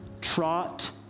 trot